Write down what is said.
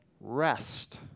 rest